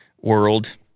world